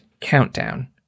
countdown